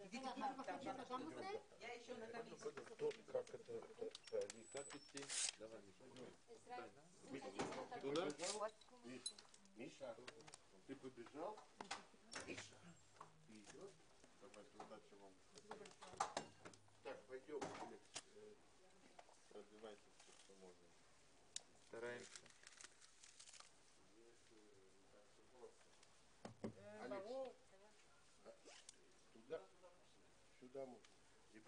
11:56.